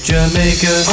Jamaica